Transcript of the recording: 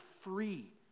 free